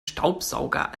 staubsauger